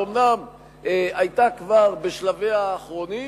שאומנם היתה כבר בשלביה האחרונים,